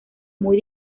muy